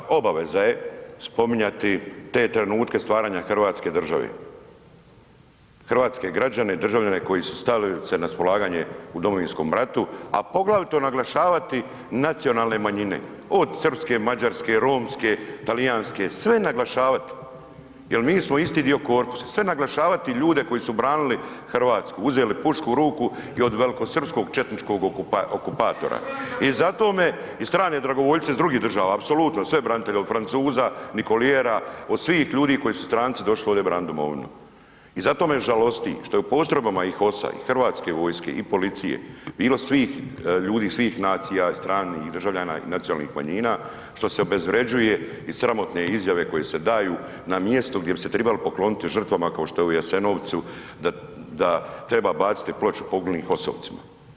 Naša obaveza je spominjati te trenutke stvaranja hrvatske države, hrvatske građane i državljane koji su se stavili na raspolaganje u Domovinskom ratu a poglavito naglašavati nacionalne manjine, od srpske, mađarske, romske, talijanske, sve naglašavati jer mi smo isto dio korpusa, sve naglašavati ljude koji su branili Hrvatsku, uzeli pušku u ruku i od velikosrpskog četničkog okupatora i zato me, …... [[Upadica sa strane, ne razumije se.]] I strane dragovoljce iz drugih država, apsolutno, sve branitelje, od „Francuza“ Nicoliera, od svih ljudi, stranci koji su došli ovdje branit domovinu i zato me žalosti što je u postrojbama i HOS-a i hrvatske vojske i policije bilo svih ljudi, svih nacija, stranih državljana i nacionalnih manjina, što se obezvrjeđuje i sramotne izjave koje se daju na mjestu gdje bi se trebali pokloniti žrtvama kao što je u Jasenovcu, da treba baciti ploču poginulim HOS-ovcima.